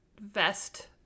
vest